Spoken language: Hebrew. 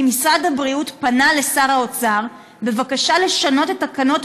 כי משרד הבריאות פנה לשר האוצר בבקשה לשנות את תקנות